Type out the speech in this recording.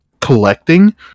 collecting